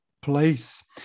place